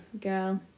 Girl